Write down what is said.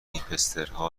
هیپسترها